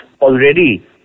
already